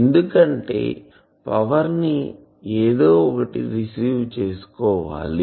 ఎందుకంటే పవర్ ని ఏదో ఒకటి రిసీవ్ చేసుకోవాలి